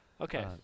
Okay